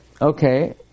Okay